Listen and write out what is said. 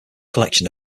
collection